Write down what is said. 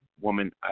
woman